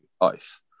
ice